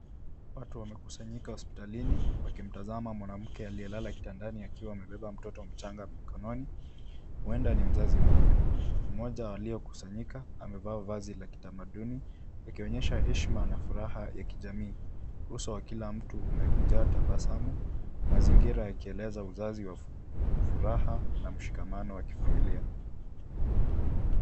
Watu wamekusanyika hospitalini, wakimtazama mwanamake aliyelala kitandani akiwa amebeba mtoto mchanga mikononi. Huenda ni mzazi mpya. Mmoja wa waliokusanyika amevaa vazi la kitamaduni ikionyesha heshma na furaha ya kijamii. Usoo wa kila mtu umejaa tabasamu, mazingira yakieleza uzazi wa furaha na mshikamano wa kifamilia.